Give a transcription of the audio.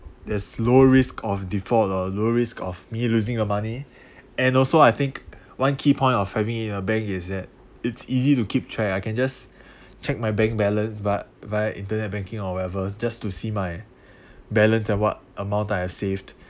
there's low risk of default or low risk of me losing a money and also I think one key point of having it in a bank is that it's easy to keep track I can just check my bank balance but via internet banking or whatever just to see my balance and what amount that I have saved